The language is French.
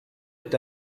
est